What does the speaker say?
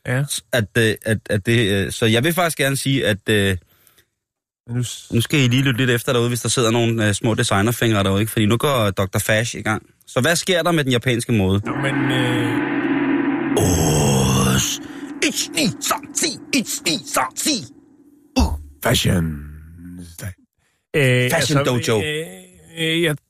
Ja. S- at, øh, at- at det, øh, så jeg vil faktisk gerne sige, at, øh, Nu s- nu skal I lige lytte lidt efter derude, hvis der sidder nogle, øh, små designerfingre derude, ikke? Fordi nu går Dr. Fash i gang. Så hvad sker der med den japanske måde? Nå, men, øh, Ås. Ichi-ni-san-si. Ichi-ni-san-si. Uh, Fashion Day. Øh, Fashion altså, Dojo. øh, øh, jeg